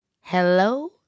Hello